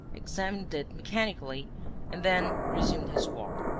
examined it mechanically and then resumed his walk.